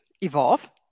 evolve